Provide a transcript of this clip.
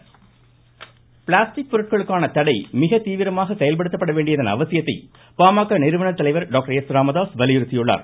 Ramadoss plastic பொருட்களுக்கான தடை மிக தீவிரமாக செயல்படுத்தப்பட வேண்டியதன் அவசியத்தை பாமக நிறுவனர் தலைவர் வலியுறுத்தியுள்ளார்